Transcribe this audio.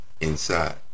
inside